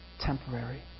Temporary